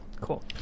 Cool